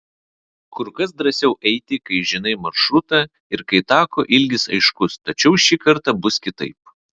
kur kas drąsiau eiti kai žinai maršrutą ir kai tako ilgis aiškus tačiau šį kartą bus kitaip